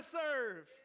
serve